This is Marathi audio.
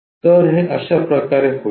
तर हे अशा प्रकारे होईल